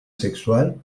sexual